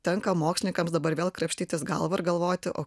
tenka mokslininkams dabar vėl krapštytis galvą ir galvoti o